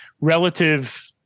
relative